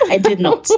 i did not do